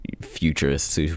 futurist